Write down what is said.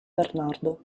bernardo